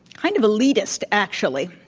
kind of elitist, actually,